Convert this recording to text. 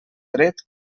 dret